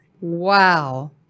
Wow